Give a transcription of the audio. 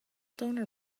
donor